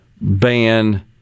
ban